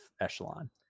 echelon